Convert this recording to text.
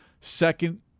second